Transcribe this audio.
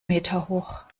meterhoch